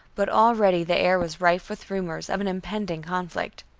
but already the air was rife with rumors of an impending conflict.